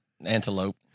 antelope